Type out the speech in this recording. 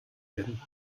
werden